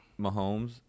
Mahomes